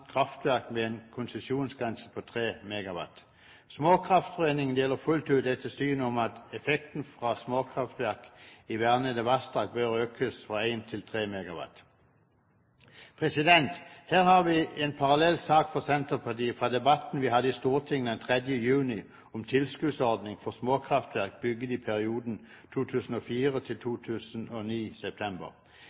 kraftverk med en konsesjonsgrense på 3 MW. Småkraftforeninga deler fullt ut synet om at effekten fra småkraftverk i vernede vassdrag bør økes fra 1 MW til 3 MW. Her har vi en parallell sak for Senterpartiet fra debatten vi hadde i Stortinget den 3. juni om tilskuddsordning for småkraftverk bygget i perioden fra 2004 til september 2009.